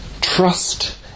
trust